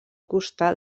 costar